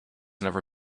never